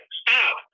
stop